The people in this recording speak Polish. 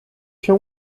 się